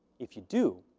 if you do,